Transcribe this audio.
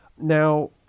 Now